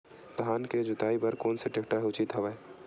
धान के जोताई बर कोन से टेक्टर ह उचित हवय?